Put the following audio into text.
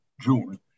June